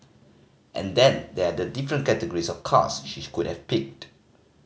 and then there are the different categories of cars she she could have picked